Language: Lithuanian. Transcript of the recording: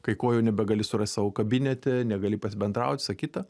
kai ko jau nebegali surast savo kabinete negali pasibendraut visa kita